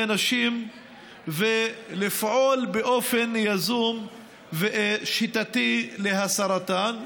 נשים ולפעול באופן יזום ושיטתי להסרתם,